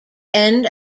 end